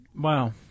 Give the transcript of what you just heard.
wow